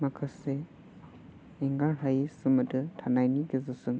माखासे एंगार हायि सोमोन्दो थानायनि गेजेरजों